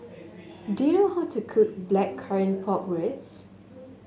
do you know how to cook Blackcurrant Pork Ribs